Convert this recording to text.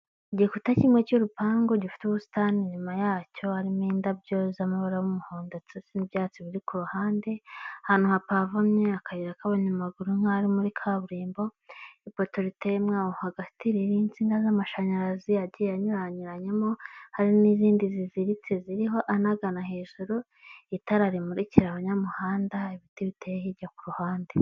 Igikuta kimwe cy'urupangu gifite ubusitani, inyuma yacyo harimo indabyo z'amabara y'umuhondo ndetse n'ibyatsi biri ku ruhande, ahantu hapavomye, akayira k'abanyamaguru nk'aho ari muri kaburimbo, ipoto riteyemo aho agati, ririho insinga z'amashanyarazi agiye anyuranyuranyamo, hari n'izindi ziziritse ziriho anagana hejuru, itara rimurikira abanyamuhanda, ibiti biteye hirya ku ruhande.